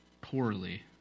poorly